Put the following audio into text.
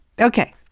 Okay